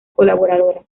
colaboradora